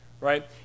right